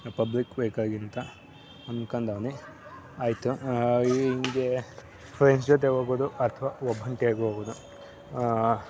public ವೆಹಿಕಲ್ಗಿಂತ ಅನ್ಕೊಂಡವ್ನೆ ಆಯಿತು ಹೀಗೆ ಫ್ರೆಂಡ್ಸ್ ಜೊತೆ ಹೋಗ್ಬೋದು ಅಥವಾ ಒಬ್ಬಂಟಿಯಾಗಿ ಹೋಗುವುದು